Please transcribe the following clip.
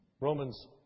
Romans